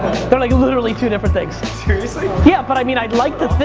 they're like literally two different things. seriously? yeah, but i mean i'd like